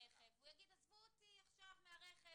ברכב והוא יגיד: עזבו אותי עכשיו מהרכב,